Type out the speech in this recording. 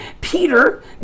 peter